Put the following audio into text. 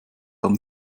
haben